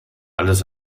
alles